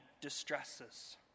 distresses